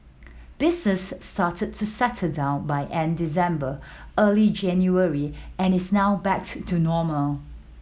business started to settle down by end December early January and is now back to normal